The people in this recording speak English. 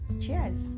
Cheers